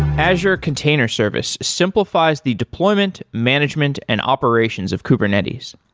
azure container service simplifies the deployment, management and operations of kubernetes.